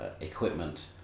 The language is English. equipment